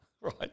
right